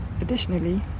Additionally